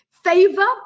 Favor